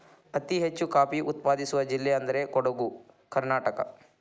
ಅತಿ ಹೆಚ್ಚು ಕಾಫಿ ಉತ್ಪಾದಿಸುವ ಜಿಲ್ಲೆ ಅಂದ್ರ ಕೊಡುಗು ಕರ್ನಾಟಕ